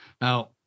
Now